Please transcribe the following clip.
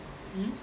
hmm